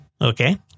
Okay